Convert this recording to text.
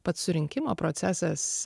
pats surinkimo procesas